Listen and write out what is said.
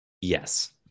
Yes